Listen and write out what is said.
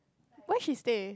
where she stay